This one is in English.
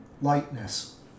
lightness